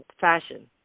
fashion